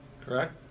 correct